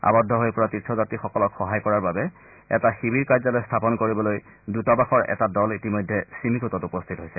আবদ্ধ হৈ পৰা তীৰ্থযাত্ৰীসকলক সহায় কৰাৰ বাবে এটা শিবিৰ কাৰ্যালয় স্থাপন কৰিবলৈ দূতাবাসৰ এটা দল ইতিমধ্যে চিমিকোটত উপস্থিত হৈছে